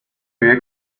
vive